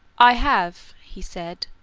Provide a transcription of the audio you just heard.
i have, he said,